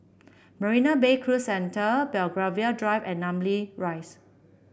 Marina Bay Cruise Centre Belgravia Drive and Namly Rise